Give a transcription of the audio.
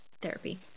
therapy